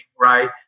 right